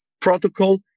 protocol